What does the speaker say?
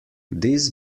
this